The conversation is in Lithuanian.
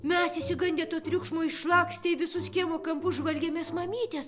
mes išsigandę to triukšmo išlakstę į visus kiemo kampus žvalgėmės mamytės